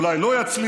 אולי לא יצליח.